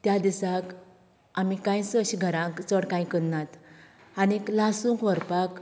त्या दिसाक आमी कांयच अशें घरांक चड कांय करनात आनीक लासूंक व्हरपाक